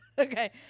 Okay